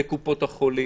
לקופות החולים.